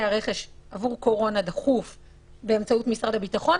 רכש עבור קורונה דחוף באמצעות משרד הביטחון,